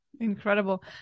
Incredible